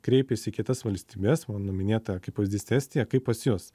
kreipėsi į kitas valstybes mano minėtą kaip pavyzdys estiją kaip pas jus